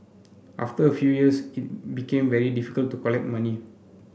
after a few years it became very difficult to collect money